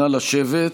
נא לשבת.